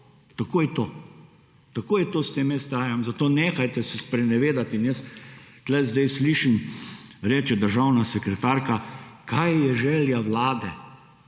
tako je to. Tako je to s tem STA, zato nehajte se sprenevedati in jaz tukaj zdaj slišim, reče državna sekretarka, kaj je želja Vlade.